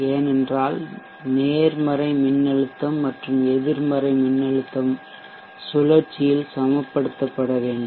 ஏனென்றால் நேர்மறை மின்னழுத்தம் மற்றும் எதிர்மறை மின்னழுத்தம் சுழற்சியில் சமப்படுத்தப்பட வேண்டும்